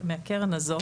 מהקרן הזו